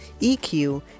EQ